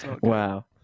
Wow